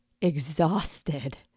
exhausted